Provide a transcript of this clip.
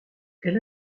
elle